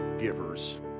givers